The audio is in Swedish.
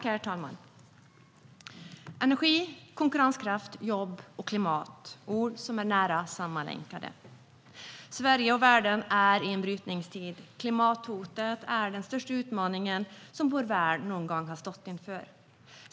Herr talman! Energi, konkurrenskraft, jobb och klimat är ord som är nära sammanlänkade. Sverige och världen är i en brytningstid. Klimathotet är den största utmaning som vår värld någon gång har stått inför.